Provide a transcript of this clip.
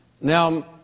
Now